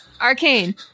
arcane